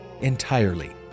entirely